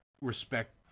respect